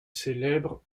célèbre